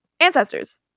Ancestors